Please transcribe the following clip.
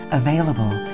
available